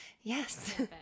Yes